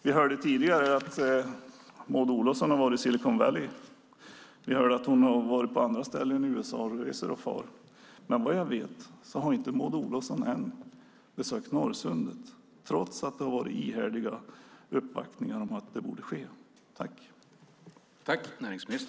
Vi hörde tidigare att Maud Olofsson varit i Silicon Valley och på andra ställen i USA; hon reser och far. Vad jag vet har Maud Olofsson dock ännu inte besökt Norrsundet, trots ihärdiga uppvaktningar om det.